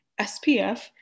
SPF